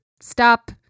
stop